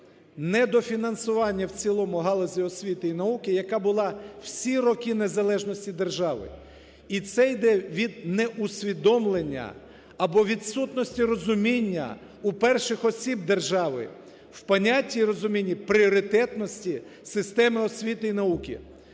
недофінансування в цілому галузі освіти і науки, яка була всі роки незалежності держави, і це йде від неусвідомлення або відсутності розуміння у перших осіб держави в понятті і розумінні пріоритетності системи освіти і науки.